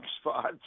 spots